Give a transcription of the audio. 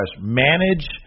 manage